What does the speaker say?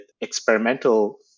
experimental